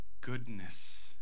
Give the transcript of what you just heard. goodness